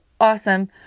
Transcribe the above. awesome